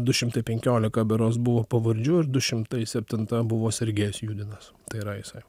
du šimtai penkiolika berods buvo pavardžių ir du šimtai septinta buvo sergejus judinas tai yra jisai